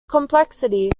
complexity